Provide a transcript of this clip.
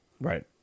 Right